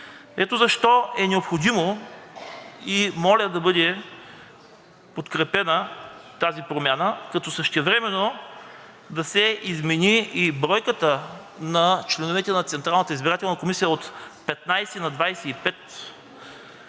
Ето защо е необходимо и моля да бъде подкрепена тази промяна, като същевременно да се измени и бройката на членовете на Централната